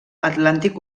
atlàntic